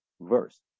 verse